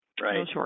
Right